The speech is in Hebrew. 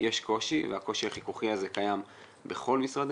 יש קושי והקושי החיכוכי הזה קיים בכל משרדי